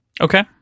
Okay